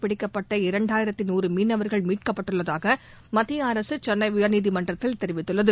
பிடிக்கப்பட்ட இரண்டாயிரத்து நூறு மீனவர்கள் மீட்கப்பட்டுள்ளதாக மத்திய அரசு சென்னை உயர்நீதிமன்றத்தில் தெரிவித்துள்ளது